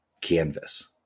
canvas